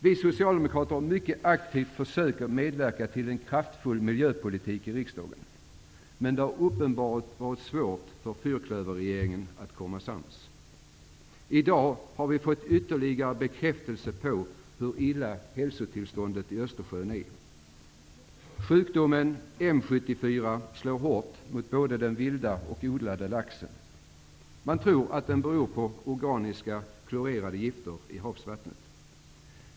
Vi socialdemokrater har mycket aktivt försökt medverka till en kraftfull miljöpolitik i riksdagen. Men det har uppenbart varit svårt för fyrklöverregeringen att komma sams. I dag har vi fått ytterligare bekräftelse på hur dåligt hälsotillståndet i Östersjön är. Sjukdomen M 74 slår hårt mot både den vilda och den odlade laxen. Man tror att sjukdomen beror på organiska klorerade gifter i havsvattnet.